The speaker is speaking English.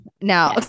Now